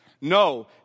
No